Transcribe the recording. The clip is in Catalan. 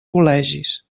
col·legis